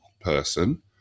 person